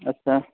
अच्छा